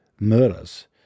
murders